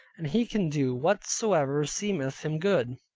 and he can do whatsoever seemeth him good.